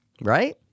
Right